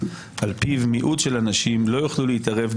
שעל פיו מיעוט של אנשים לא יוכלו להתערב,